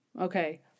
Okay